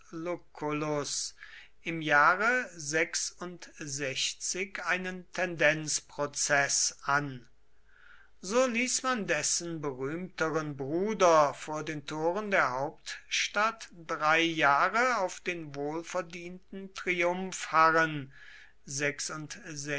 im jahre einen tendenzprozeß an so ließ man dessen berühmteren bruder vor den toren der hauptstadt drei jahre auf den wohlverdienten